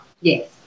Yes